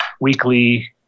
weekly